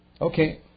Okay